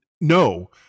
no